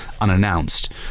unannounced